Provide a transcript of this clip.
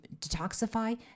detoxify